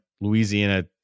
Louisiana